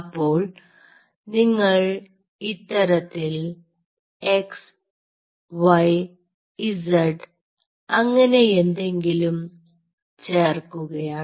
അപ്പോൾ നിങ്ങൾ ഇത്തരത്തിൽ എക്സ് വൈ ഇസെഡ് അങ്ങനെയെന്തെങ്കിലും ചേർക്കുകയാണ്